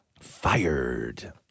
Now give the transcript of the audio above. Fired